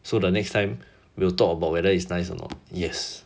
so the next time we'll talk about whether it's nice or not yes